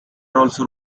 also